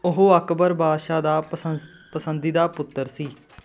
ਉਹ ਅਕਬਰ ਬਾਦਸ਼ਾਹ ਦਾ ਪਸੰਸ ਪਸੰਦੀਦਾ ਪੁੱਤਰ ਸੀ